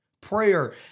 Prayer